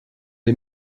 est